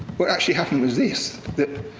what actually happened was this. that,